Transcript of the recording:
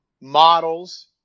models